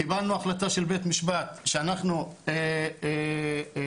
קיבלנו החלטה של בית-משפט שאנחנו מוכרים